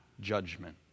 judgment